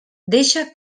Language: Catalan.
deixa